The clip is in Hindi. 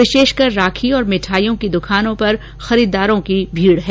विशेषकर राखी और मिठाइयों की दुकानों पर खरीददारों की भीड़ है